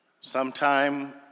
Sometime